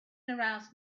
arouse